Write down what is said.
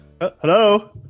Hello